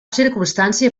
circumstància